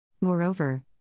Moreover